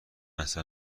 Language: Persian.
اصلا